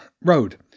Road